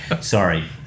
Sorry